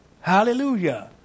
Hallelujah